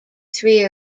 three